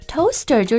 Toaster